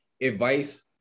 advice